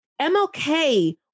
MLK